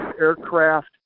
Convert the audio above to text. aircraft